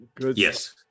Yes